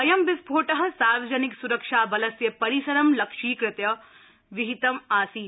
अयं विस्फोट सार्वजनिक स्रक्षा बलस्य परिसरं लक्ष्यीकृत्य विहितम् आसीत्